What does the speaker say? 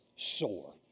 soar